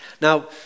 Now